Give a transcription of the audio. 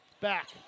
Back